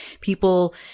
people